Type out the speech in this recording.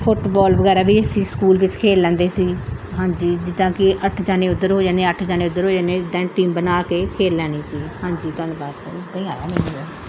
football ਵਗੈਰਾ ਵੀ ਅਸੀਂ ਸਕੂਲ ਵਿੱਚ ਖੇਡ ਲੈਂਦੇ ਸੀ ਹਾਂਜੀ ਜਿੱਦਾਂ ਕਿ ਅੱਠ ਜਣੇ ਉੱਧਰ ਹੋ ਜਾਣੇ ਅੱਠ ਜਣੇ ਉੱਧਰ ਹੋ ਜਾਣੇ ਦੈੱਨ ਟੀਮ ਬਣਾ ਕੇ ਖੇਡ ਲੈਣੀ ਜੀ ਹਾਂਜੀ ਧੰਨਵਾਦ ਮੈਨੂੰ ਤੇ